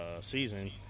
season